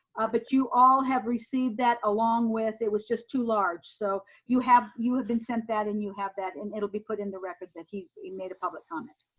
but you all have received that along with, it was just too large. so you have you have been sent that and you have that and it'll be put in the record that he made a public comment.